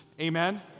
Amen